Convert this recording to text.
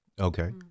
okay